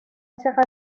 چقدر